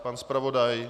Pan zpravodaj?